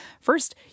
First